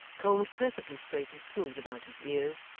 combed perfectly straight and smooth about his ears,